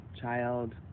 child